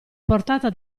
portata